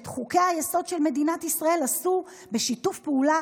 את חוקי-היסוד של מדינת ישראל עשו בשיתוף פעולה